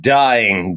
dying